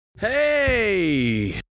Hey